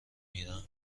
میرم